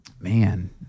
Man